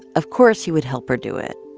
of course he would help her do it,